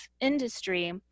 industry